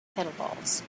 kettlebells